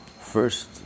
First